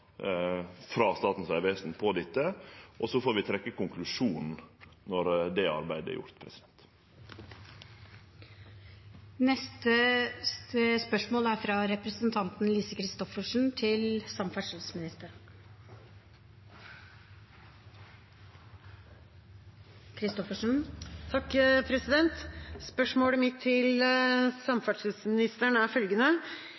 Statens vegvesen, og så får vi trekkje konklusjonen når det arbeidet er gjort. Dette spørsmålet bortfaller. «I Drammensregionen er